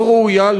לא ראויה,